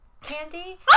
candy